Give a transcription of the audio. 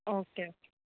okay okay